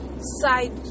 side